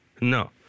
no